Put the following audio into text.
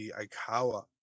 Aikawa